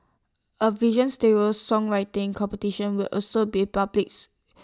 A vision songwriting competition will also be publics